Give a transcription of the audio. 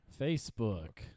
Facebook